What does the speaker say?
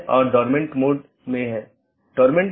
जब ऐसा होता है तो त्रुटि सूचना भेज दी जाती है